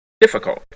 difficult